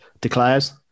declares